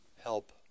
help